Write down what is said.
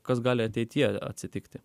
kas gali ateityje atsitikti